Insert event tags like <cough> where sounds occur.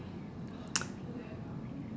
<noise>